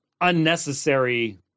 unnecessary